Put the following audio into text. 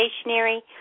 stationary